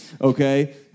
Okay